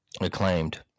acclaimed